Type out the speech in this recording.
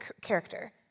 character